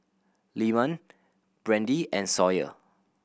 Lyman Brandi and Sawyer